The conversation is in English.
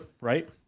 right